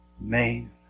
main